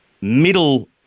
middle